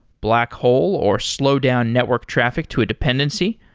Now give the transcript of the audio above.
black hole or slow down network traffic to a dependency,